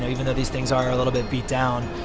even though these things are a little bit beat down,